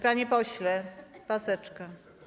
Panie pośle, maseczka.